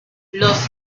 los